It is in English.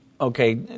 Okay